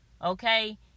Okay